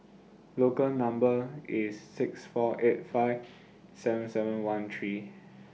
Local Number IS six four eight five seven seven one three